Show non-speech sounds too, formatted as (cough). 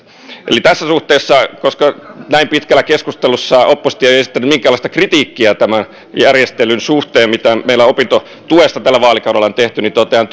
eli tässä suhteessa koska näin pitkällä keskustelussa oppositio ei ole esittänyt minkäänlaista kritiikkiä tämän järjestelyn suhteen mitä meillä opintotuesta tällä vaalikaudella on tehty totean (unintelligible)